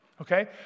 okay